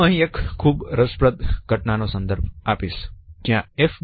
હું અહીં એક ખૂબ જ રસપ્રદ ઘટના નો સંદર્ભ આપીશ જ્યાં F